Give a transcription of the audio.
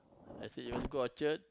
I see you always go Orchard